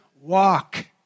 walk